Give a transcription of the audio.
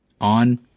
On